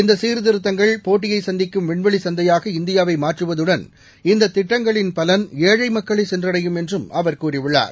இந்த சீர்திருத்தங்கள் போட்டியை சந்திக்கும் விண்வெளி சந்தையாக இந்தியாவை மாற்றுவதுடன் இந்தத் திட்டங்களின் பலன் ஏழை மக்களை சென்றடையும் என்றும் அவர் கூறியுள்ளார்